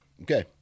Okay